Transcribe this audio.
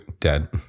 dead